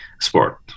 sport